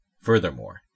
Furthermore